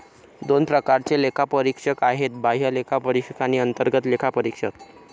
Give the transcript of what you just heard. दोन प्रकारचे लेखापरीक्षक आहेत, बाह्य लेखापरीक्षक आणि अंतर्गत लेखापरीक्षक